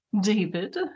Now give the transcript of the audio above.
david